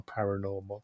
paranormal